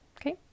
Okay